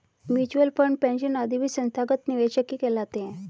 mutual fund, pension आदि भी संस्थागत निवेशक ही कहलाते हैं